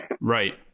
Right